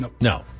No